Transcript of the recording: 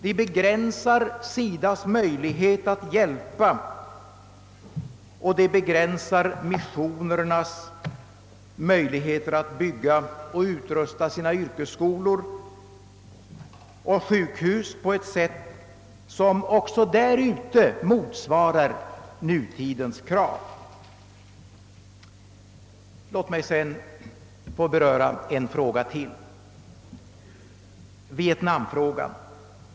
Det begränsar SIDA:s möjlighet att hjälpa och det minskar missionernas möjlighet att bygga och utrusta sina yrkesskolor och sjukhus på ett sätt som även därute motsvarar nutidens krav. Låt mig sedan få beröra ytterligare en fråga — Vietnamfrågan.